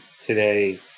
today